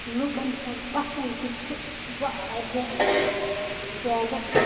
لُکَن ہٕنٛز پَسَنٛد تہِ چھِ واریاہ زیادٕ